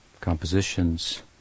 compositions